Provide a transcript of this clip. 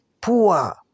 poor